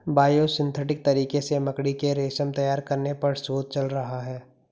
biosynthetic तरीके से मकड़ी के रेशम तैयार करने पर शोध चल रहा है